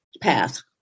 path